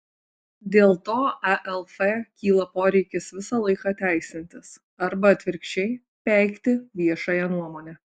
dėl to alf kyla poreikis visą laiką teisintis arba atvirkščiai peikti viešąją nuomonę